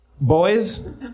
Boys